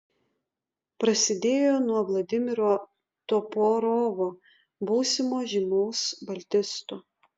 prasidėjo nuo vladimiro toporovo būsimo žymaus baltisto